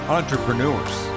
entrepreneurs